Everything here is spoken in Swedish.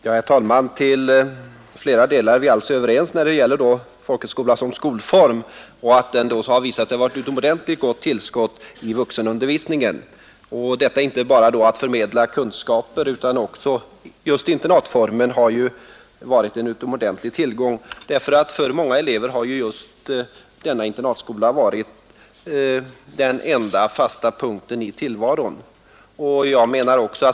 Herr talman! Till flera delar är statsrådet Moberg och jag alltså överens när det gäller folkhögskolan som skolform. Den har visat sig vara ett utomordentligt gott tillskott i vuxenundervisningen. inte bara när det gäller att förmedla kunskaper. Internatformen har ju varit en utomordentlig tillgång. För många elever har just denna internatskola varit den enda fasta punkten i tillvaron.